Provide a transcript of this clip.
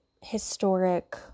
historic